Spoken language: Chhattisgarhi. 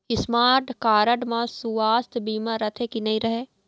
स्मार्ट कारड म सुवास्थ बीमा रथे की नई रहे?